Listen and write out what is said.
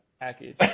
package